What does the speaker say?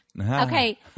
Okay